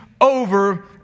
over